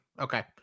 okay